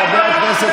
חבר הכנסת